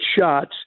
shots